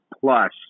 plus